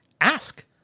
ask